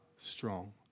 strong